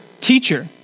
teacher